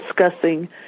discussing